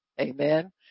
Amen